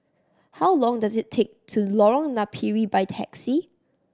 how long does it take to Lorong Napiri by taxi